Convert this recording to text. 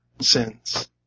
sins